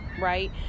right